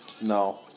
No